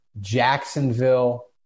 Jacksonville